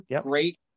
Great